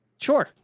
Sure